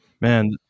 Man